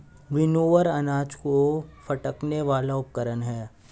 winnower अनाज को फटकने वाला उपकरण है